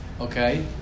Okay